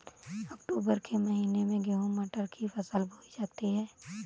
अक्टूबर के महीना में गेहूँ मटर की फसल बोई जाती है